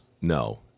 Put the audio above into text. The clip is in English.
No